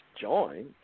join